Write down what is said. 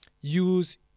use